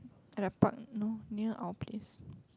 at the park no know near our place